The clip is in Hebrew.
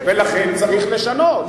ולכן צריך לשנות.